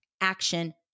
action